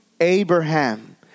Abraham